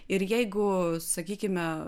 ir jeigu sakykime